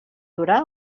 durar